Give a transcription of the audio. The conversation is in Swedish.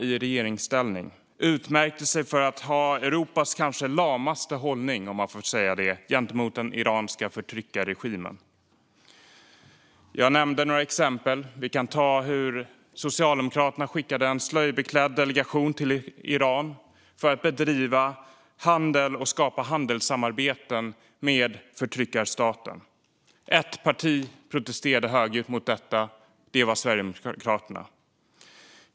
I regeringsställning utmärkte sig Socialdemokraterna för att ha Europas kanske lamaste hållning, om man får säga så, gentemot den iranska förtryckarregimen. Jag nämnde några exempel. Socialdemokraterna skickade en slöjbeklädd delegation till Iran för att bedriva handel och skapa handelssamarbeten med förtryckarstaten. Ett parti protesterade högljutt mot detta. Det var Sverigedemokraterna.